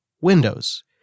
Windows